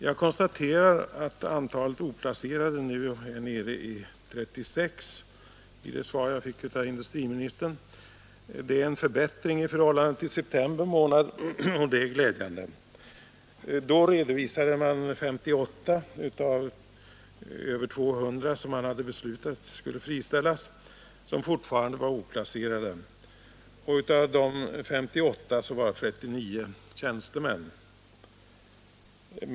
Jag konstaterar i det svar jag fick av industriministern att antalet oplacerade nu är nere i 36. Det är en förbättring i förhållande till september månad, och det är glädjande. Då redovisades att 58 av de över 200 anställda som enligt beslutet skulle friställas fortfarande var oplacerade. Av de 58 var 39 tjänstemän.